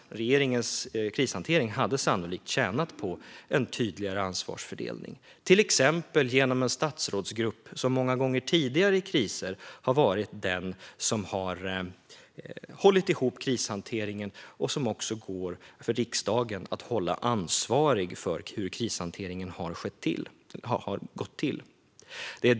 Regeringens krishantering hade sannolikt tjänat på en tydligare ansvarsfördelning, till exempel genom en statsrådsgrupp, som många gånger tidigare i kriser har varit den som har hållit ihop krishanteringen och som för riksdagen går att hålla ansvarig för hur krishanteringen har gått till.